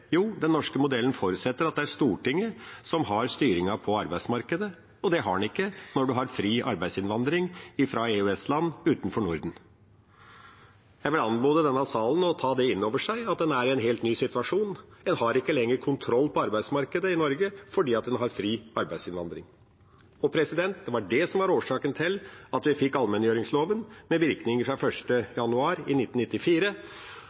Jo, den norske modellen forutsetter at det er Stortinget som har styringa på arbeidsmarkedet, og det har en ikke når en har fri arbeidsinnvandring fra EØS-land utenfor Norden. Jeg vil anmode denne salen om å ta inn over seg at en er i en helt ny situasjon. En har ikke lenger kontroll på arbeidsmarkedet i Norge, fordi en har fri arbeidsinnvandring. Det var det som var årsaken til at vi fikk allmenngjøringsloven med virkning fra